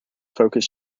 focus